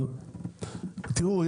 תראו,